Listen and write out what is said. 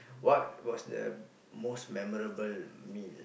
what was the most memorable meal